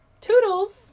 Toodles